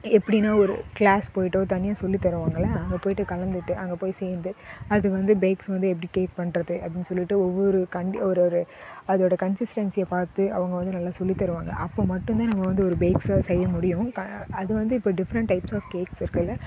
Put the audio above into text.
எப்படின்னா ஒரு க்ளாஸ் போயிட்டு தனியாக சொல்லித்தருவாங்கல்ல அங்கே போயிட்டு கலந்துட்டு அங்கே போய் சேர்ந்து அது வந்து பேக்ஸ் வந்து எப்படி கேக் பண்ணுறது அப்படின்னு சொல்லிட்டு ஒவ்வொரு கண் ஒரு ஒரு அதோடய கன்சிஸ்டன்ஸியை பார்த்து அவங்க வந்து நல்லா சொல்லித்தருவாங்க அப்போ மட்டும் நம்ம வந்து ஒரு பேக்ஸை செய்ய முடியும் க அது வந்து இப்போ டிஃப்ரன்ஸ் டைப்ஸ் ஆஃப் கேக்ஸ் இருக்குதுல்ல